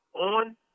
on